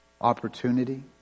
Opportunity